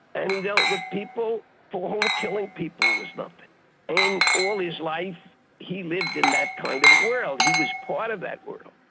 and he dealt with people for whom ah killing people was nothing. and all his life he lived in that kind of world, he was part of that world.